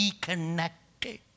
connected